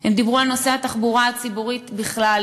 הם דיברו על נושא התחבורה הציבורית בכלל,